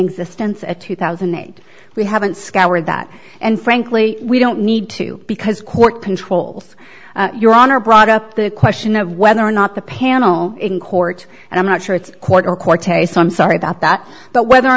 existence at two thousand and eight we haven't scoured that and frankly we don't need to because court controls your honor brought up the question of whether or not the panel in court and i'm not sure it's court or court taste i'm sorry about that but whether or